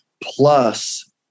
Plus